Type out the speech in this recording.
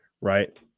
Right